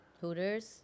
Hooters